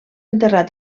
enterrat